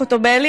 חוטובלי,